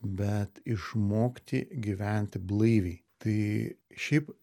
bet išmokti gyventi blaiviai tai šiaip